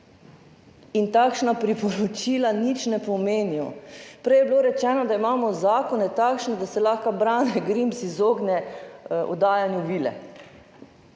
in takšna priporočila nič ne pomenijo. Prej je bilo rečeno, da imamo zakone takšne, da se lahko Brane Grims izogne oddajanju vile.